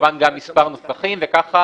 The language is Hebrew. כמובן גם מספר נוסחים, וככה